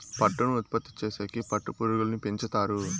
పట్టును ఉత్పత్తి చేసేకి పట్టు పురుగులను పెంచుతారు